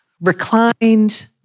reclined